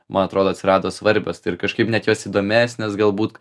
man atrodo atsirado svarbios tai ir kažkaip net jos įdomesnės galbūt